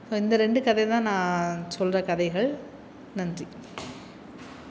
so இந்த ரெண்டு கதை தான் நான் சொல்கிற கதைகள் நன்றி